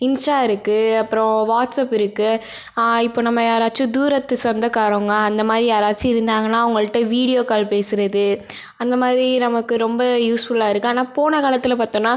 Insta இருக்குது அப்பறம் WhatsApp இருக்குது இப்போ நம்ம யாராச்சும் தூரத்து சொந்தக்காரங்க அந்த மாதிரி யாராச்சும் இருந்தாங்கன்னால் அவங்கள்ட்ட வீடியோ கால் பேசுகிறது அந்த மாதிரி நமக்கு ரொம்ப யூஸ்ஃபுல்லாக இருக்குது ஆனால் போன காலத்தில் பார்த்தோன்னா